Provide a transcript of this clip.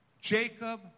Jacob